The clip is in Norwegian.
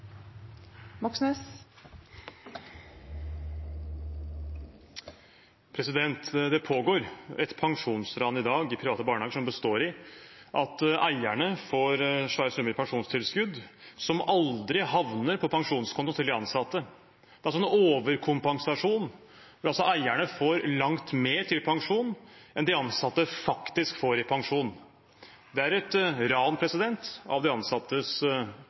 Det pågår i dag et pensjonsran i private barnehager som består i at eierne får svære summer i pensjonstilskudd som aldri havner på pensjonskontoen til de ansatte, altså en overkompensasjon. Eierne får langt mer til pensjon enn de ansatte faktisk får i pensjon. Det er et ran av de ansattes